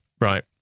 right